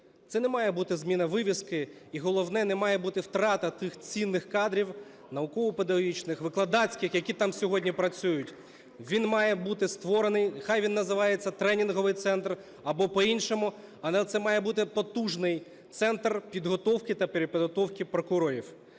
Це не має бути зміна вивіски і, головне, не має бути втрата тих цінних кадрів науково-педагогічних, викладацьких, які там сьогодні працюють. Він має бути створений, нехай називається "тренінговий центр" або по-іншому, але це має бути потужний центр підготовки та перепідготовки прокурорів.